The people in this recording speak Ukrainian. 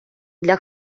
для